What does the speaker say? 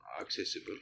accessible